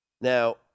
Now